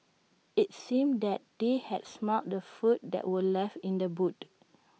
IT seemed that they had smelt the food that were left in the boot